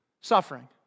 suffering